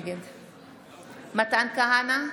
נגד מתן כהנא,